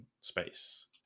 space